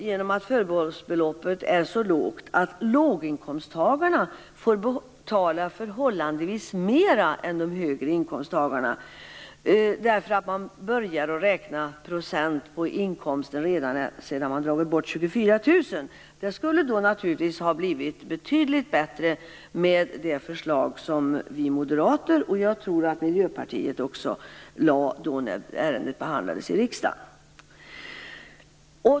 Genom att förbehållsbeloppet är så lågt får låginkomsttagarna betala förhållandevis mera än höginkomsttagarna, eftersom man börjar att räkna procent på inkomsten redan när det har dragits bort 24 000 kr. Det hade naturligtvis blivit betydligt bättre med det förslag som vi moderater - och också Miljöpartiet, tror jag - lade fram när ärendet behandlades i riksdagen.